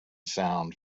sound